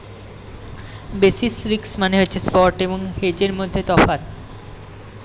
basis risk মানে হচ্ছে spot এবং হেজের মধ্যে তফাৎ